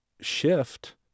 shift